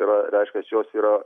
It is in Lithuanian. yra reiškias jos yra